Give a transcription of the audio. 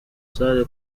sarr